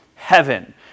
heaven